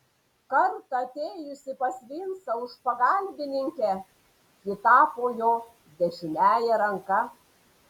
kartą atėjusi pas vincą už pagalbininkę ji tapo jo dešiniąja ranka